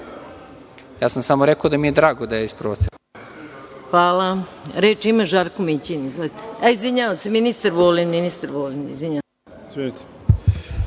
sam samo rekao da mi je drago da je isprovociran.